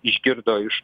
išgirdo iš